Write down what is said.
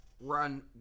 run